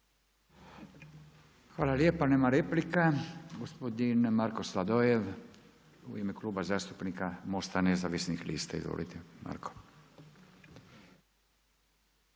Hvala lijepa. Nema replika. Gospodin Marko Sladoljev u ime Kluba zastupnika Most-a nezavisnih lista. Izvolite Marko.